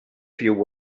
few